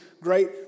great